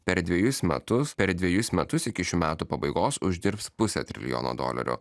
per dvejus metus per dvejus metus iki šių metų pabaigos uždirbs pusę trilijono dolerių